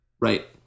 Right